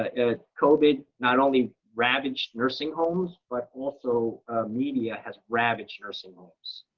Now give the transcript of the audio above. ah covid not only ravaged nursing homes, but also media has ravaged nursing homes.